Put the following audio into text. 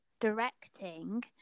directing